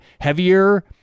heavier